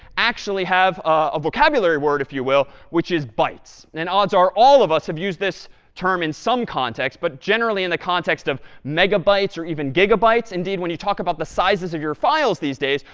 actually have a vocabulary word, if you will, which is bytes. and and odds are, all of us have used this term in some context, but generally in the context of megabytes or even gigabytes. indeed when you talk about the sizes of your files these days,